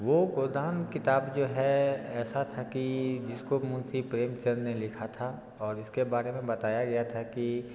वो गोदान किताब जो है ऐसा था कि जिसको मुंशी प्रेमचंद ने लिखा था और इसके बारे में बताया गया था कि